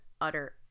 utter